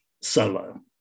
solo